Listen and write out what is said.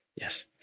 Yes